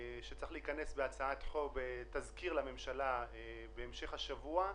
זה יגיע בתזכיר לממשלה בהמשך השבוע.